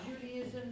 Judaism